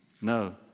No